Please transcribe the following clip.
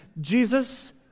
Jesus